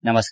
नमस्कार